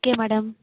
okay madam